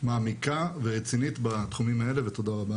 מעמיקה ורצינית בתחומים האלה ותודה רבה